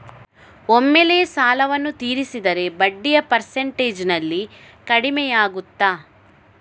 ಒಮ್ಮೆಲೇ ಸಾಲವನ್ನು ತೀರಿಸಿದರೆ ಬಡ್ಡಿಯ ಪರ್ಸೆಂಟೇಜ್ನಲ್ಲಿ ಕಡಿಮೆಯಾಗುತ್ತಾ?